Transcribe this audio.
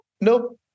nope